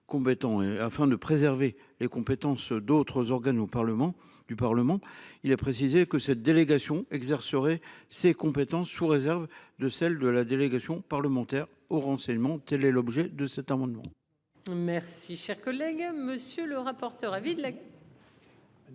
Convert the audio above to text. afin de préserver les compétences d'autres organes au Parlement du Parlement. Il a précisé que cette délégation exercerait ses compétences sous réserve de celle de la délégation parlementaire au renseignement. Quel est l'objet de cet amendement.